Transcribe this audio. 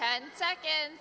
ten seconds